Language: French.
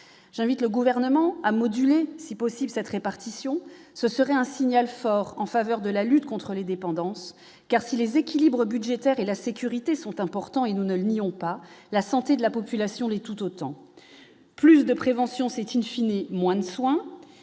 j'invite le gouvernement à moduler, si possible, cette répartition, ce serait un signal fort en faveur de la lutte contre les dépendances, car si les équilibres budgétaires et la sécurité sont importants et nous ne le nions pas la santé de la population, l'est tout autant : plus de prévention, c'est une fine et moins de soins